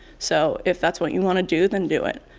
so if that's what you want to do then do it.